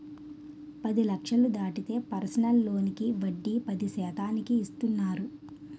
పది లక్షలు దాటితే పర్సనల్ లోనుకి వడ్డీ పది శాతానికి ఇస్తున్నారు